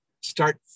start